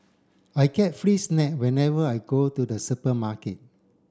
I get free snack whenever I go to the supermarket